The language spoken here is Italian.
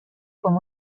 come